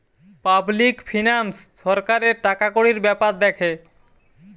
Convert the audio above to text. public finance সরকারের টাকাকড়ির বেপার দ্যাখে